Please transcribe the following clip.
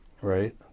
right